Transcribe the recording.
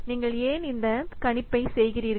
நீங்கள் ஏன் இந்த கணிப்பை செய்கிறீர்கள்